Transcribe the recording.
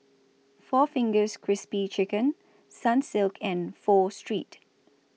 four Fingers Crispy Chicken Sunsilk and Pho Street